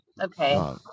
Okay